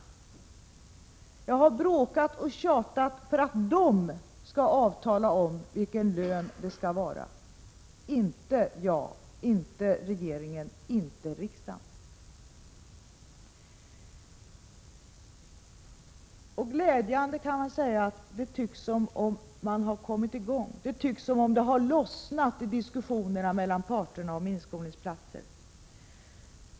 Jag har bråkat och tjatat för att de skall avtala om vilken lön det skall vara — inte jag, inte regeringen, inte riksdagen. Glädjande nog kan jag säga att det tycks som om man har kommit i gång. Det tycks som om det har lossnat i diskussionerna om inskolningsplatser.